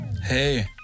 Hey